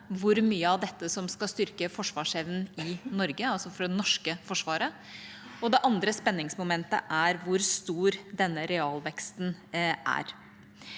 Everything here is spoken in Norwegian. hvor mye av dette som skal styrke forsvarsevnen i Norge, altså for det norske forsvaret. Det andre spenningsmomentet er hvor stor denne realveksten er.